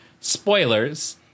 spoilers